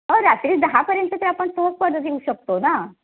हो रात्री दहापर्यंत ते आपण तरी पोहोच परत येऊ शकतो ना